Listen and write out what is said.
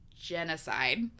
genocide